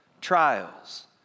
trials